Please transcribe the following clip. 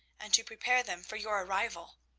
and to prepare them for your arrival.